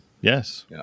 Yes